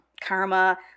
Karma